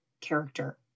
character